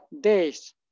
days